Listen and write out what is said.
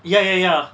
ya ya ya